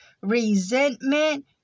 resentment